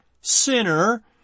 sinner